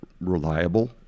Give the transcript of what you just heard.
reliable